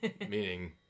meaning